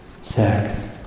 sex